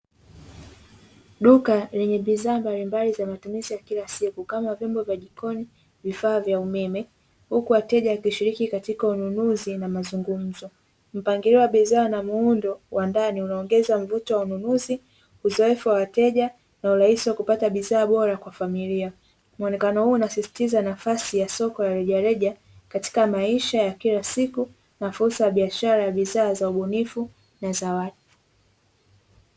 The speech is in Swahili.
Duka lenye bidhaa mbalimbali za matumizi ya kila siku kama vyombo vya jikoni vifaa vya umeme, huku wateja wakishiriki katika wanunuzi na mazungumzo mpangilio wa bidhaa wana muundo wa ndani unaongeza mvuto wa ununuzi uzoefu wa wateja na rahisi wa kupata bidhaa bora kwa familia, muonekano huo unasisitiza nafasi ya soko la rejareja katika maisha ya kila siku na fursa ya biashara ya bidhaa za ubunifu na za watu.